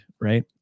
right